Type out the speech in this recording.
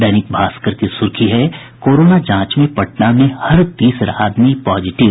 दैनिक भास्कर की सुर्खी है कोरोना जांच में पटना में हर तीसरा आदमी पॉजिटिव